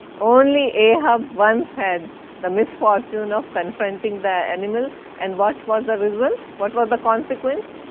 only ahab once had the misfortune of confronting the animal and what was the result, what was the consequence?